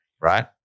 right